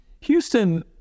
Houston